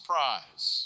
Prize